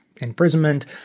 Imprisonment